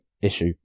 issue